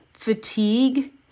fatigue